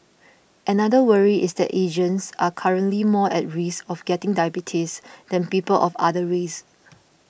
another worry is that Asians are currently more at risk of getting diabetes than people of other races